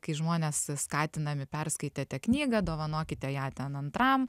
kai žmonės skatinami perskaitėte knygą dovanokite ją ten antram